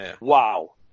wow